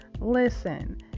listen